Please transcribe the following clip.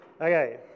okay